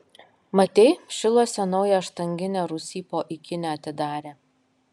matei šiluose naują štanginę rūsy po ikine atidarė